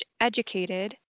educated